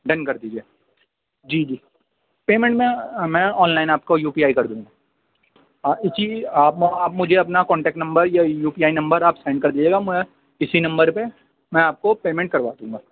done کر دیجیے جی جی پیمنٹ میں آن لائن آپ کو یو پی آئی کر دوں گا جی آپ مجھے اپنا کانٹیکٹ نمبر یا یو پی آئی نمبر آپ سینڈ کر دیجیے گا میں اِسی نمبر پہ میں آپ کو پیمنٹ کرا دوں گا